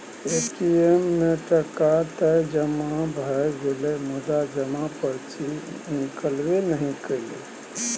ATM मे टका तए जमा भए गेलै मुदा जमा पर्ची निकलबै नहि कएलै